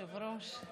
אדוני היושב-ראש,